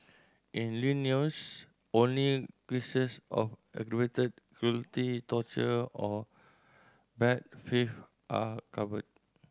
in Illinois only cases of aggravated cruelty torture or bad faith are covered